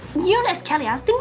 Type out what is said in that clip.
eunice kelly ask,